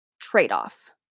trade-off